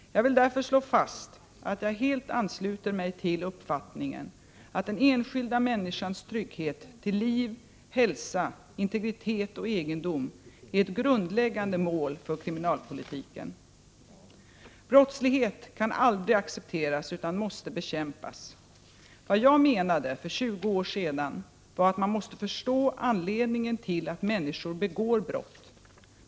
Jag vill därför slå fast att jag helt ansluter mig till uppfattningen att den enskilda människans trygghet till liv, hälsa, integritet och egendom är ett grundläggande mål för kriminalpolitiken. Brottslighet kan aldrig accepteras utan måste bekämpas. Vad jag menade för 20 år sedan var att man måste förstå anledningen till att människor begår brott.